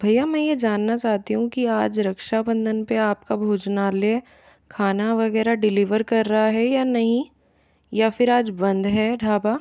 भईया मैं ये जानना चाहती हूँ कि आज रक्षाबंधन पर आपका भोजनालय खाना वगैरह डिलीवर कर रहा है या नहीं या फिर आज बंद है ढाबा